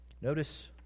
Notice